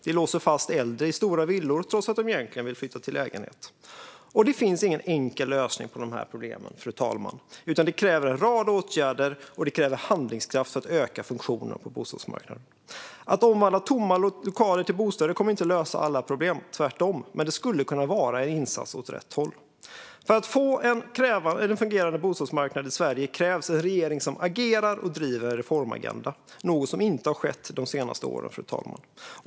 Den låser fast äldre i stora villor, trots att de egentligen vill flytta till lägenhet. Det finns ingen enkel lösning på de här problemen, fru talman, utan det kräver en rad åtgärder och handlingskraft för att öka funktionen på bostadsmarknaden. Att omvandla tomma lokaler till bostäder kommer inte att lösa alla problem, tvärtom. Men det skulle kunna vara en insats åt rätt håll. För att få en fungerande bostadsmarknad i Sverige krävs en regering som agerar och driver en reformagenda - något som inte har skett de senaste åren, fru talman.